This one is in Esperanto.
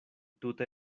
tute